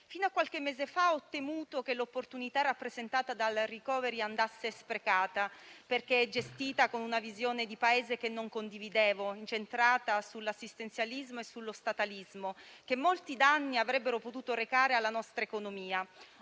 fino a qualche mese fa ho temuto che l'opportunità rappresentata dal *recovery* andasse sprecata perché gestita con una visione di Paese che non condividevo, incentrata sull'assistenzialismo e sullo statalismo, che molti danni avrebbero potuto recare alla nostra economia.